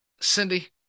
Cindy